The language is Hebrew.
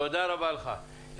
תודה רבה לך.